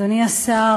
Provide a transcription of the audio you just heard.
אדוני השר,